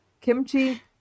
kimchi